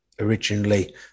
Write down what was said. originally